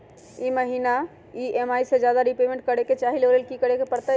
हम ई महिना में ई.एम.आई से ज्यादा रीपेमेंट करे के चाहईले ओ लेल की करे के परतई?